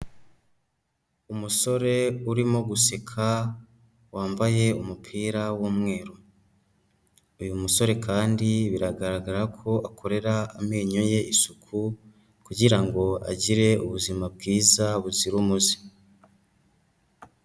Umusore urimo guseka wambaye umupira w'umweru, uyu musore kandi biragaragara ko akorera amenyo ye isuku kugira ngo agire ubuzima bwiza buzira umuze.